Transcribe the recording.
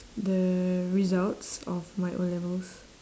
the results of my O-levels